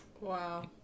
Wow